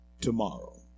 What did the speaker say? tomorrow